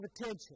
attention